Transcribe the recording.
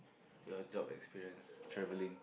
your job experience travelling